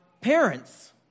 parents